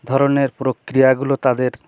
ধরনের প্রক্রিয়াগুলো তাদের